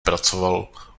pracoval